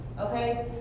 Okay